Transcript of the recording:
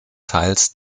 teils